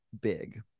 big